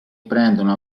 prendono